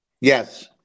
Yes